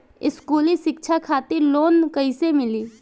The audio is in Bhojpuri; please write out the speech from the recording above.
स्कूली शिक्षा खातिर लोन कैसे मिली?